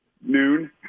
noon